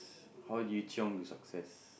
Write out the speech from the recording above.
how do you chiong to success